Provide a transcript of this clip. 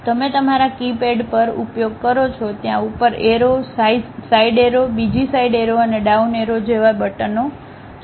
તમે તમારા કીપેડ પર ઉપયોગ કરો છો ત્યાં ઉપર એરો સાઇડ એરો બીજી સાઇડ એરો અને ડાઉન એરો જેવા બટનો છે